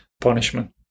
punishment